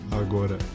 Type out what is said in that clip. agora